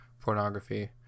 pornography